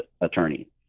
attorney